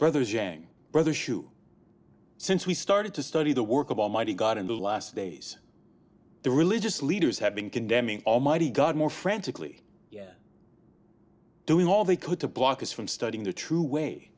brother jang brother shu since we started to study the work of almighty god in the last days the religious leaders have been condemning almighty god more frantically doing all they could to block us from studying the true way